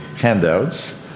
handouts